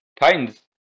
Titans